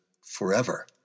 forever